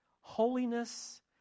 holiness